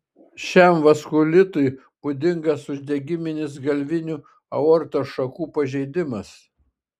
šiam vaskulitui būdingas uždegiminis galvinių aortos šakų pažeidimas